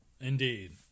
Indeed